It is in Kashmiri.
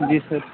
جی سَر